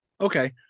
Okay